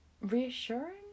reassuring